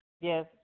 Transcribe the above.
Yes